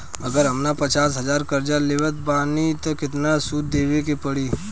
अगर हम पचास हज़ार कर्जा लेवत बानी त केतना सूद देवे के पड़ी?